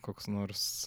koks nors